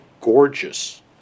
gorgeous